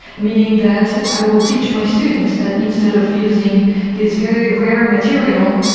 meaning that i will teach my students that instead of using these very rare material,